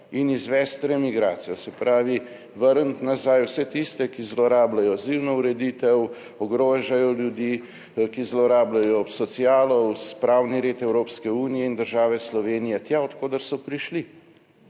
in izvesti remigracijo, se pravi, vrniti nazaj vse tiste, ki zlorabljajo azilno ureditev, ogrožajo ljudi, ki zlorabljajo socialo, pravni red Evropske unije in države Slovenije tja, od koder so prišli.